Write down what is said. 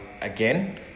again